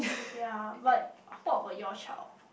ya but what about your child